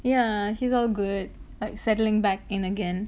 yeah he's all good like settling back in again